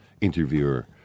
interviewer